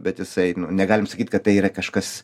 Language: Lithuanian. bet jisai negalim sakyt kad tai yra kažkas